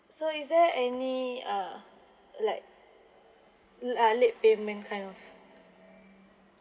so is there any uh like l~ uh late payment kind of